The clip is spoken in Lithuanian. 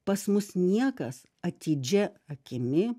pas mus niekas atidžia akimi